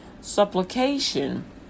supplication